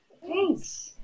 Thanks